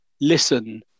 listen